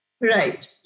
Right